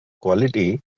quality